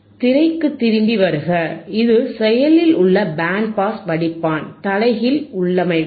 திரைக்கு திரும்பி வருக இது செயலில் உள்ள பேண்ட் பாஸ் வடிப்பான் தலைகீழ் உள்ளமைவு